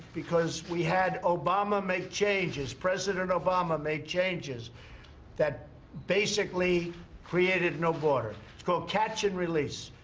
because we had obama make changes, president obama made changes that basically created no border. it's called catch and release.